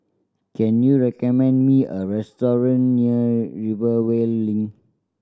can you recommend me a restaurant near Rivervale Link